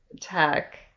tech